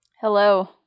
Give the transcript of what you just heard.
Hello